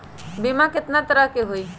बीमा केतना तरह के होइ?